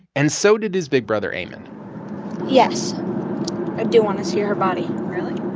and so did his big brother, amen yes. i do want to see her body really?